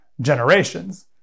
generations